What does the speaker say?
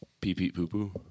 Pee-pee-poo-poo